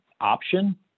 option